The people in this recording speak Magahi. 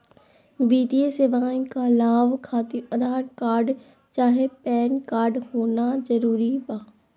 वित्तीय सेवाएं का लाभ खातिर आधार कार्ड चाहे पैन कार्ड होना जरूरी बा?